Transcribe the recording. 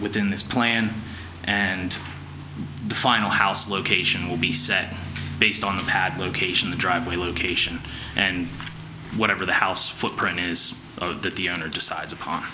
within this plan and the final house location will be said based on the bad location the driveway location and whatever the house footprint is that the owner decides